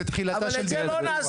זה תחילתה של סתימת פיות.